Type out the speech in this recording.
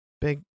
Big